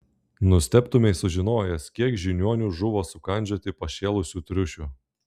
nustebtumei sužinojęs kiek žiniuonių žuvo sukandžioti pašėlusių triušių